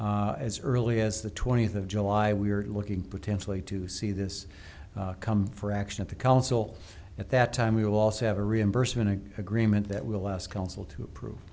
as early as the twentieth of july we are looking potentially to see this come for action at the council at that time we will also have a reimbursement an agreement that will last council to approve